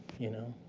you know,